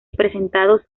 presentados